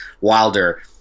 Wilder